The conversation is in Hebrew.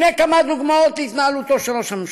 הנה כמה דוגמאות להתנהלותו ראש הממשלה: